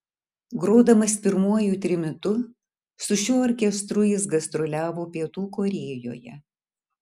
grodamas pirmuoju trimitu su šiuo orkestru jis gastroliavo pietų korėjoje